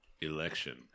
election